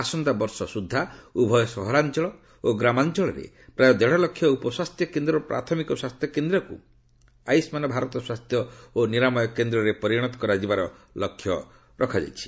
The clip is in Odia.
ଆସନ୍ତା ବର୍ଷ ସୁଦ୍ଧା ଉଭୟ ସହରାଞ୍ଚଳ ଓ ଗ୍ରାମାଞ୍ଚଳରେ ପ୍ରାୟ ଦେଢ଼ଲକ୍ଷ ଉପ ସ୍ୱାସ୍ଥ୍ୟକେନ୍ଦ୍ର ଓ ପ୍ରାଥମିକ ସ୍ୱାସ୍ଥ୍ୟକେନ୍ଦ୍ରକୁ ଆୟୁଷ୍ମାନ ଭାରତ ସ୍ୱାସ୍ଥ୍ୟ ଓ ନିରାମୟ କେନ୍ଦ୍ରରେ ପରିଣତ କରାଯିବାର ଲକ୍ଷ୍ୟଧାର୍ଯ୍ୟ କରାଯାଇଛି